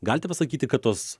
galite pasakyti kad tos